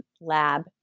lab